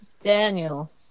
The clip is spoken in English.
Daniel